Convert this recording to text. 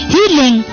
Healing